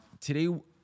Today